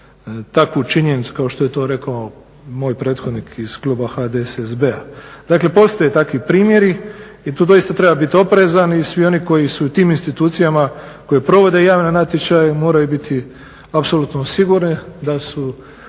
takvu činjenicu kao što je to rekao moj prethodnik iz kluba HDSSB-a. Dakle, postoje takvi primjeri i tu doista treba biti oprezan i svi oni koji su u tim institucijama koje provode javne natječaje moraju biti apsolutno sigurni da su